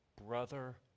Brother